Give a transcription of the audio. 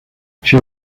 she